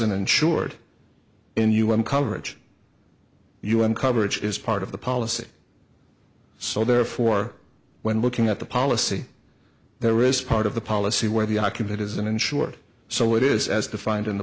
an insured in un coverage un coverage is part of the policy so therefore when looking at the policy there is part of the policy where the occupant is an insured so it is as defined in the